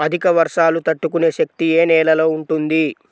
అధిక వర్షాలు తట్టుకునే శక్తి ఏ నేలలో ఉంటుంది?